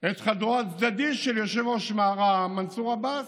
את חדרו הצדדי של יושב-ראש רע"ם, מנסור עבאס,